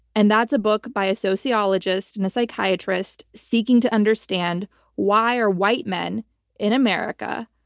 and that's a book by a sociologist and a psychiatrist seeking to understand why are white men in america